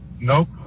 Nope